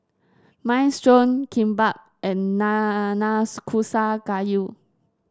Minestrone Kimbap and Nanakusa Gayu